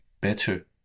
better